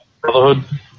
Brotherhood